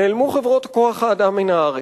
נעלמו חברות כוח-האדם מן הארץ.